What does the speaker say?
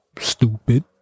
stupid